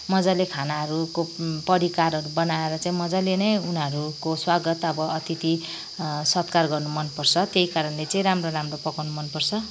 मज्जाले खानाहरूको परिकारहरू बनाएर चाहिँ मज्जाले नै उनीहरूको स्वागत अब अतिथि सत्कार गर्नु मनपर्छ त्यही कारणले चाहिँ राम्रो पकाउनु मन पर्छ